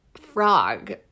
frog